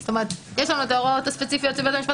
יש לנו את ההוראות הספציפיות לבית המשפט